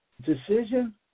decision